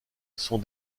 sont